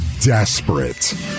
desperate